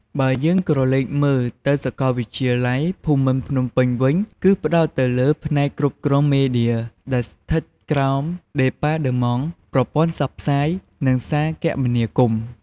បើយើងក្រឡេកមើល នៅសាកលវិទ្យាល័យភូមិន្ទភ្នំពេញវិញ គឺផ្តោតទៅលើផ្នែកគ្រប់គ្រងមេឌៀ ដែលស្ថិតក្រោមដេប៉ាតឺម៉ង់ប្រព័ន្ធផ្សព្វផ្សាយ និងសារគមនាគមន៍។